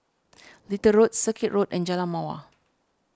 Little Road Circuit Road and Jalan Mawar